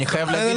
אני תהיתי